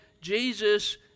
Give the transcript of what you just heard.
Jesus